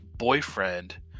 boyfriend